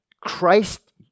Christ